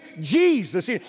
Jesus